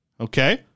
Okay